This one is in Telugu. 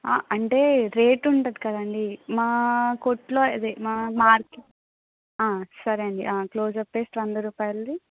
అంటే రేటుంటది కదండి మా కొట్లో అదే మా మార్కెట్ సరే అండి క్లోజప్ పేస్ట్ వంద రూపాయలది